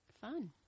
Fun